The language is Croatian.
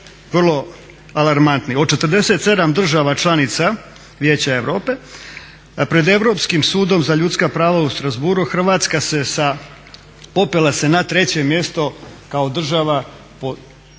Od 47 država članica Vijeća Europe pred Europskim sudom za ljudska prava u Strasbourgu Hrvatska se popela na treće mjesto kao država koja